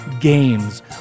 games